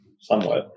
Somewhat